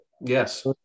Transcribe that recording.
Yes